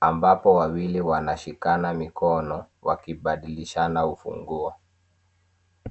ambapo wawili wanashikana mikono wakibadilishana ufunguo